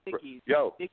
Yo